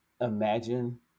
imagine